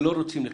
ולא רוצים לקבל.